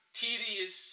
tedious